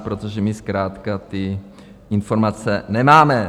Protože my zkrátka ty informace nemáme.